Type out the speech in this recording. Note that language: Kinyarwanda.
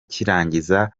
cy’irangiza